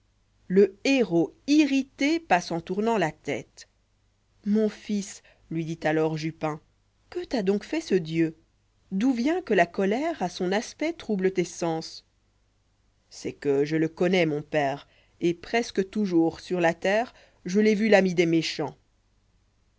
le héros irrité passe en tournant la tête mon fils lui dit alors jupin que t'a donc fait ce dieu d'où vient que la colère a son aspect trouble tes sens c'est que je le connois mon père t et presque toujours sur la terre t je l'ai vu l'ami des méchants